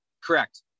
Correct